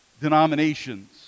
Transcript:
denominations